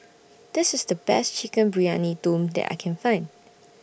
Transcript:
This IS The Best Chicken Briyani Dum that I Can Find